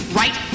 right